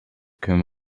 können